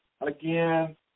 Again